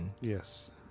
Yes